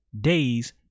days